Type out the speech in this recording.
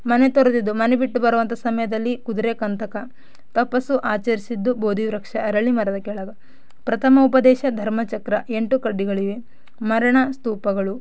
ಮನೆ ತೊರೆದಿದ್ದು ಮನೆ ಬಿಟ್ಟು ಬರುವಂಥ ಸಮಯದಲ್ಲಿ ಕುದುರೆ ಕಂತಕ ತಪಸ್ಸು ಆಚರಿಸಿದ್ದು ಬೋಧಿ ವೃಕ್ಷ ಅರಳಿ ಮರದ ಕೆಳಗೆ ಪ್ರಥಮ ಉಪದೇಶ ಧರ್ಮಚಕ್ರ ಎಂಟು ಕಡ್ಡಿಗಳಿವೆ ಮರಣ ಸ್ತೂಪಗಳು